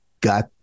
got